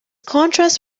contrasts